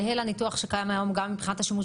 זהה לניתוח שקיים היום גם מבחינת השימוש